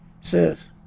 Says